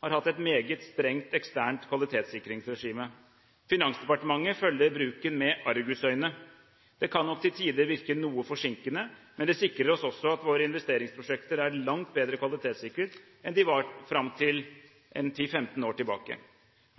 har hatt et meget strengt eksternt kvalitetssikringsregime. Finansdepartementet følger bruken med argusøyne. Det kan nok til tider virke noe forsinkende, men det sikrer også at våre investeringsprosjekter er langt bedre kvalitetssikret enn de var fram til for 10–15 år siden.